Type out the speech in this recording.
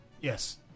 yes